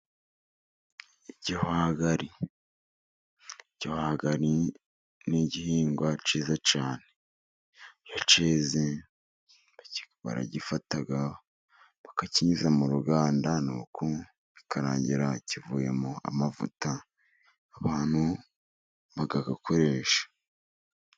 Igihwagari, igihwagari ni igihingwa cyiza cyane. Iyo cyeze baragifata bakakinyuza mu ruganda nuko bikarangira kivuyemo amavuta, abantu bakayakoresha.